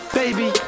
baby